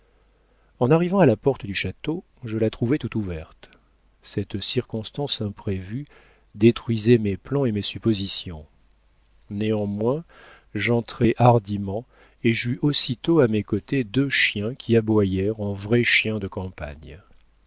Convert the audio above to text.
en arrivant à la porte du château je la trouvai tout ouverte cette circonstance imprévue détruisait mes plans et mes suppositions néanmoins j'entrai hardiment et j'eus aussitôt à mes côtés deux chiens qui aboyèrent en vrais chiens de campagne